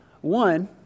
One